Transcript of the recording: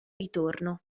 ritorno